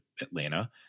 Atlanta